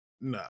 No